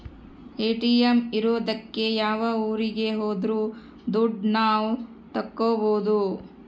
ATM ಇರೋದಕ್ಕೆ ಯಾವ ಊರಿಗೆ ಹೋದ್ರು ದುಡ್ಡು ನಾವ್ ತಕ್ಕೊಬೋದು